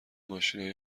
ماشینای